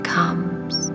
comes